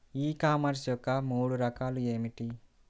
ఈ కామర్స్ యొక్క మూడు రకాలు ఏమిటి?